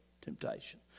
temptation